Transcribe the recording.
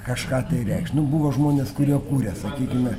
kažką tai reikšt nu buvo žmonės kurie kūrė sakykime